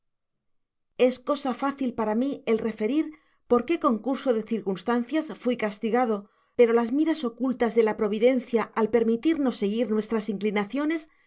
es cosa fácil para mí el referir por qué concurso de circunstancias fui castigado pero las miras ocultas de la providencia al permitirnos seguir nuestras inclinaciones